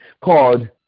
called